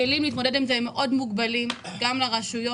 הכלים להתמודד עם זה מאוד מוגבלים, גם לרשויות.